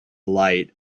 light